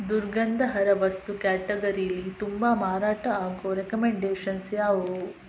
ದುರ್ಗಂಧ ಹರ ವಸ್ತು ಕ್ಯಾಟಗರೀಲಿ ತುಂಬಾ ಮಾರಾಟ ಆಗೋ ರೆಕಮೆಂಡೇಷನ್ಸ್ ಯಾವುವು